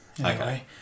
Okay